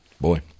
Boy